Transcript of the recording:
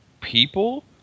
people